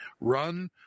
run